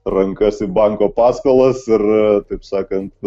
rankas į banko paskolas ir taip sakant